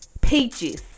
Peaches